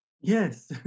yes